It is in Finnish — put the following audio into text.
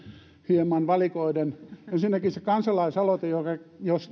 hieman valikoiden ensinnäkin se kansalaisaloite joka